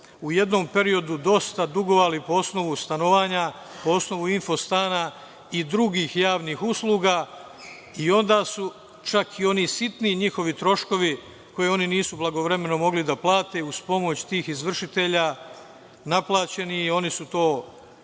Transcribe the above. u jednom periodu dosta dugovali po osnovu stanovanja, po osnovu Infostana i drugih javnih usluga, i onda su, čak i oni sitni njihovi troškovi, koje oni nisu blagovremeno mogli da plate uz pomoć tih izvršitelja, naplaćeni, i oni su to, da ne